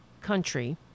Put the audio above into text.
country